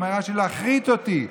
אמר רש"י: להכרית אותי.